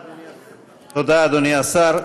תודה, אדוני השר.